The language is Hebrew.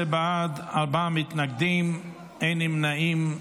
19 בעד, ארבעה מתנגדים, אין נמנעים.